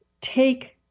take